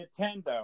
Nintendo